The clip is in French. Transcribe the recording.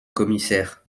commissaire